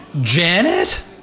Janet